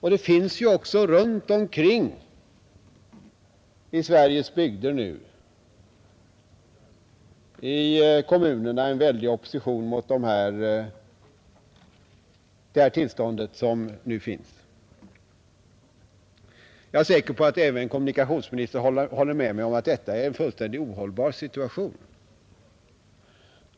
Ute i kommunerna i Sveriges bygder finns en väldig opposition mot det tillstånd som nu råder. Jag är säker på att även kommunikationsministern håller med mig om att detta är en fullständigt ohållbar situation.